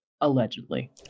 allegedly